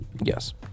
Yes